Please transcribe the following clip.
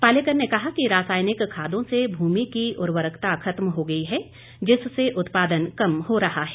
पालेकर ने कहा कि रासायनिक खादों से भूमि की उर्वरकता खत्म हो गई है जिससे उत्पादन कम हो रहा है